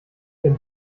den